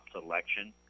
selection